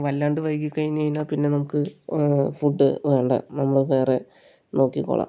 വല്ലാണ്ട് വൈകി കഴിഞ്ഞ് കഴിഞ്ഞാൽ പിന്നെ നമുക്ക് ഫുഡ് വേണ്ട നമ്മൾ വേറെ നോക്കിക്കോളാം